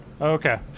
Okay